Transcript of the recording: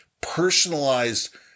personalized